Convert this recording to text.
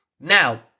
now